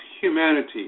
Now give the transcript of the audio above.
humanity